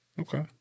okay